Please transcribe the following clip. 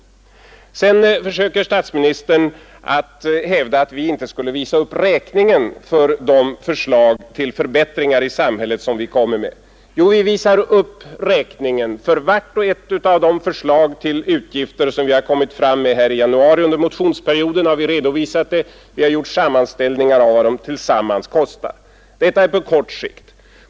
Sedan försöker statsministern att hävda att vi inte skulle visa upp räkningen för de förslag till förbättringar i samhället som vi kommer med. Jo, vi visar upp räkningen för vart och ett av de förslag till utgifter som vi har lagt fram under motionsperioden i januari. Vi har gjort sammanställningar av vad våra förslag tillsammans kostar. Detta är på kort sikt.